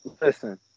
Listen